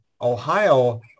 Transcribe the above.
Ohio